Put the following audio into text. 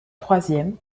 troisième